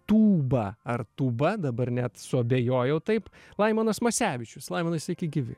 tūba ar tūba dabar net suabejojau taip laimonas masevičius laimonai sveiki gyvi